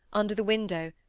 under the window,